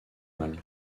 mal